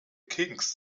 king’s